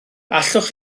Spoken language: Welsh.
allwch